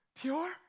pure